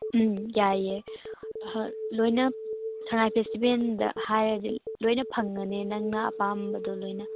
ꯎꯝ ꯌꯥꯏꯌꯦ ꯂꯣꯏꯅ ꯁꯉꯥꯏ ꯐꯦꯁꯇꯤꯕꯦꯜꯗ ꯍꯥꯏꯔꯗꯤ ꯂꯣꯏꯅ ꯐꯪꯒꯅꯤ ꯅꯪꯅ ꯑꯄꯥꯝꯕꯗꯣ ꯂꯣꯏꯅ